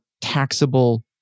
taxable